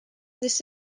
this